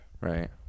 Right